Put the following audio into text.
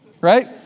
right